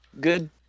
Good